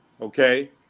okay